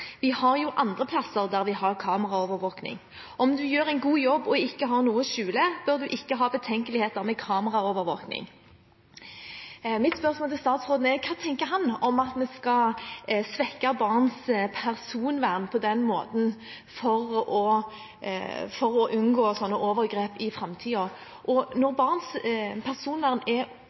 vi har kameraovervåking. Om du gjør en god jobb og ikke har noe å skjule, bør du ikke ha betenkeligheter med kameraovervåking.» Mitt spørsmål til statsråden er: Hva tenker han om at vi skal svekke barns personvern på den måten for å unngå slike overgrep i framtiden? Og når barns personvern er